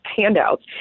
handouts